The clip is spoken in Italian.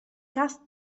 cast